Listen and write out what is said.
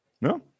No